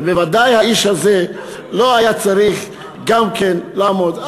אז בוודאי האיש הזה לא היה צריך גם כן לעמוד.